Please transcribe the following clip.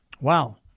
Wow